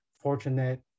fortunate